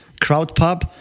CrowdPub